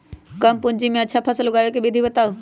कम पूंजी में अच्छा फसल उगाबे के विधि बताउ?